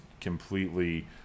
completely